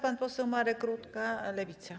Pan poseł Marek Rutka, Lewica.